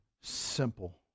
simple